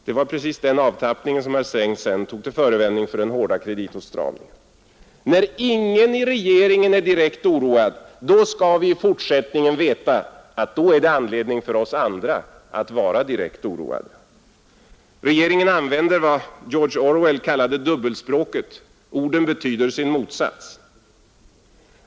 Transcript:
Det var precis denna avtappning som herr Sträng senare tog till förevändning för den hårda kreditåtstramningen. När ”ingen i regeringen är direkt oroad”, skall vi i fortsättningen veta att då är det anledning för oss andra att vara direkt oroade. Regeringen använder vad George Orwell kallade dubbelspråket — orden betyder sin motsats.